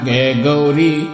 Gauri